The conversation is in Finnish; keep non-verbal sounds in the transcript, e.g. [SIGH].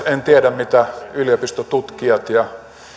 [UNINTELLIGIBLE] en tiedä mitä yliopistotutkijat ja